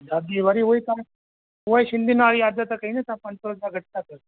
दादी वरी हुअंई तव्हां उहोई सिंधियुनि वारी आदति कई न तव्हां पंज सौ रुपया घटि था कयो